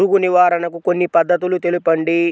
పురుగు నివారణకు కొన్ని పద్ధతులు తెలుపండి?